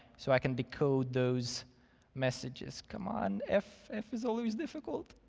so i can decode those messages. come on. f f is always difficult.